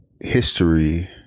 history